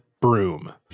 broom